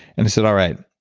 and i said, alright,